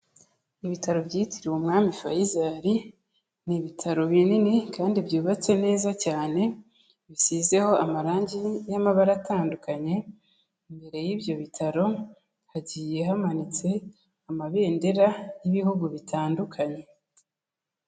Ibitaro byitiriwe Umwami Faisal, ni ibitaro binini kandi byubatse neza cyane, bisizeho amarangi y'amabara atandukanye, imbere y'ibyo bitaro hagiye hamanitse Amabendera y'Ibihugu bitandukanye.